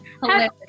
Hilarious